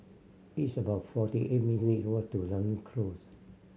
it's about forty eight minute walk to Close